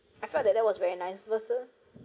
I felt that that was very nice versus